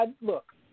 look